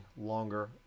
longer